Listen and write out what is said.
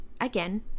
again